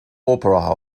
opera